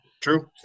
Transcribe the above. True